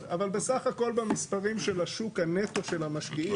אבל בסך הכל במספרים של השוק הנטו של המשקיעים,